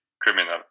criminal